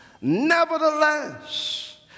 Nevertheless